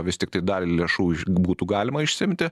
vis tiktai dalį lėšų būtų galima išsiimti